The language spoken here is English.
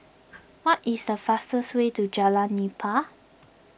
what is the fastest way to Jalan Nipah